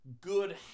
good